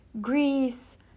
Greece